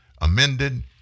amended